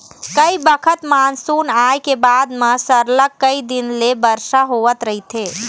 कइ बखत मानसून आए के बाद म सरलग कइ दिन ले बरसा होवत रहिथे